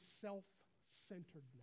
self-centeredness